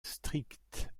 stricte